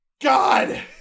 God